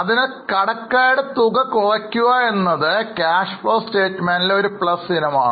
അതിനാൽ കടക്കാരുടെ തുക കുറയ്ക്കുക എന്നത് Cash Flow statementലെ ഒരു പ്ലസ് ഇനമാണ്